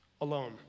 alone